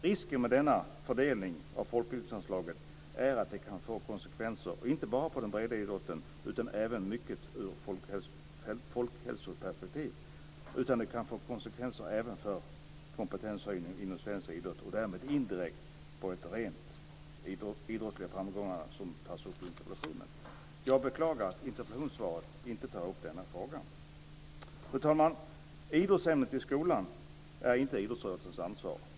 Risken med denna fördelning av folkbildningsanslaget är att det kan få konsekvenser inte bara för den breda idrotten, som betyder så mycket ur folkhälsoperspektiv, utan även för kompetenshöjningen inom svensk idrott och därmed indirekt för de rent idrottsliga framgångarna, som tas upp i interpellationen. Jag beklagar att denna fråga inte tas upp i interpellationssvaret. Fru talman! Idrottsämnet i skolan är inte idrottsrörelsens ansvar.